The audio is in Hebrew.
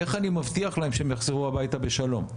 איך אני מבטיח להם שהם יחזרו הביתה בשלום?